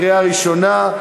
לקריאה ראשונה.